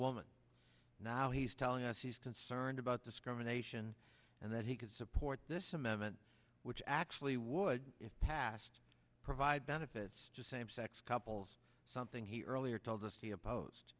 woman now he's telling us he's concerned about discrimination and that he could support this amendment which actually would if passed provide benefits to same sex couples something he earlier told us